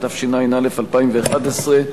התשע"א 2011,